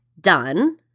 done